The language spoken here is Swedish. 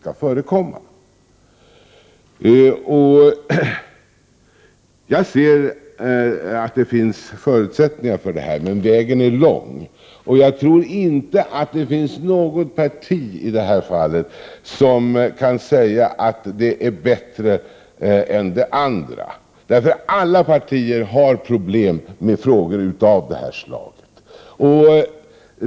Det finns enligt min mening förutsättningar för en sådan positiv utveckling, men vägen är lång. Jag tror inte att det finns något parti som i dessa frågor kan säga att det är bättre än de andra partierna. Alla partier har problem med frågor av detta slag.